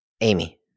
Amy